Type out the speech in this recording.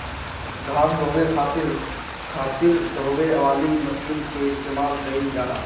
घास ढोवे खातिर खातिर ढोवे वाली मशीन के इस्तेमाल कइल जाला